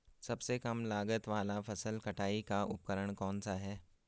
सबसे कम लागत वाला फसल कटाई का उपकरण कौन सा है?